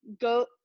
go